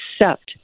accept